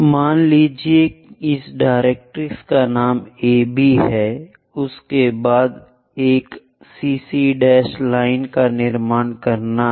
मान लीजिये इस डायरेक्ट्रिक्स का नाम AB है उसके बाद एक CC' लाइन का निर्माण करना है